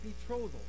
betrothal